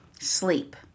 sleep